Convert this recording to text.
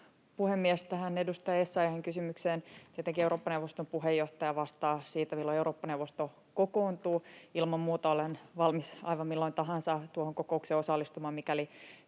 puhemies! Tähän edustaja Essayahin kysymykseen: Tietenkin Eurooppa-neuvoston puheenjohtaja vastaa siitä, milloin Eurooppa-neuvosto kokoontuu. Ilman muuta olen valmis aivan milloin tahansa tuohon kokoukseen osallistumaan, mikäli